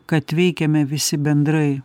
kad veikiame visi bendrai